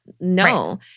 No